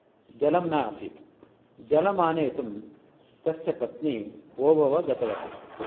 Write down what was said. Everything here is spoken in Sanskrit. जलम् नासीत् जलम् आनेतुं तस्य पत्नि वोभव्वा गतवती